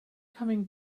coming